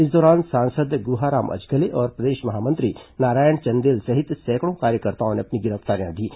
इस दौरान सांसद गुहाराम अजगले और प्रदेश महामंत्री नारायण चंदेल सहित सैकड़ों कार्यकर्ताओं ने अपनी गिरफ्तारियां दीं